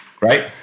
right